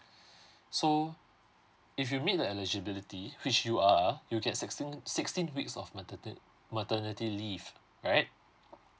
so if you meet the eligibility which you are you'll get sixteen sixteen weeks of mater~ ter~ maternity leave alright